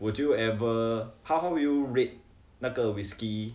would you ever how how you rate 那个 whisky